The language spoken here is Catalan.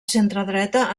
centredreta